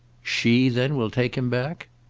she then will take him back?